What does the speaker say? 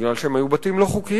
בגלל שהם היו בתים לא חוקיים,